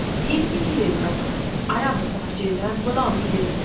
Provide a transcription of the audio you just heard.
peace be to you, rabbi! i am a son of judah, and will answer you.